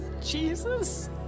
Jesus